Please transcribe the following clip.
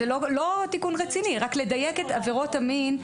זה לא תיקון רציני, רק לדייק את עבירות המין.